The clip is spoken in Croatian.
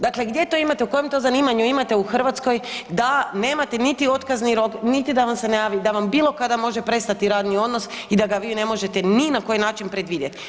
Dakle, gdje to imate u kojem to zanimanju imate u Hrvatskoj da nemate niti otkazni rok, niti da vam se ne javi da vam bilo kada može prestati radni odnos i da ga vi ne možete ni na koji način predvidjet?